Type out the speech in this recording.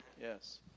Yes